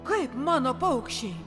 kaip mano paukščiai